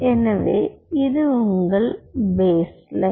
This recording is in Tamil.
எனவே இது உங்கள் பேஸ்லைன்